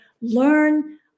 learn